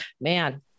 man